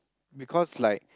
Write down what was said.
because like